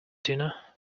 dinner